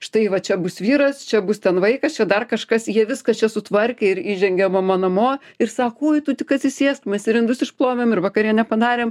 štai va čia bus vyras čia bus ten vaikas čia dar kažkas jie viską čia sutvarkė ir įžengia mama namo ir sak uoj tu tik atsisėsk mes ir indus išplovėm ir vakarienę padarėm